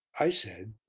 i said,